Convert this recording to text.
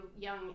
young